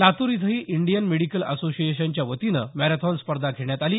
लातूर इथंही Indian medical असोसिएशनच्या वतीनं मॅरेथॉन स्पर्धा घेण्यात आली